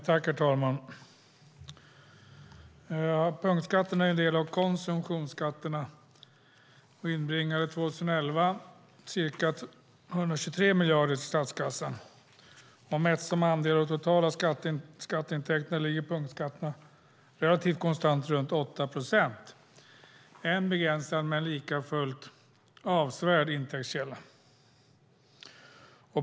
Herr talman! Punktskatterna är en del av konsumtionsskatterna och inbringade 2011 ca 123 miljarder till statskassan. Mätt som andel av de totala skatteintäkterna ligger punktskatterna relativt konstant runt 8 procent - en begränsad men likafullt avsevärd intäktskälla.